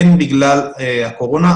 הן בגלל הקורונה,